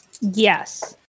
Yes